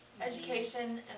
Education